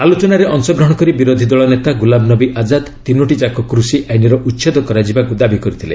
ଆଲୋଚନାରେ ଅଂଶଗ୍ରହଣ କରି ବିରୋଧୀଦଳ ନେତା ଗୁଲାମନବୀ ଆଜ୍ଞାଦ ତିନୋଟିଯାକ କୃଷି ଆଇନର ଉଚ୍ଛେଦ କରାଯିବାକୁ ଦାବି କରିଥିଲେ